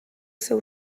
seu